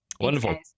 Wonderful